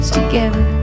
together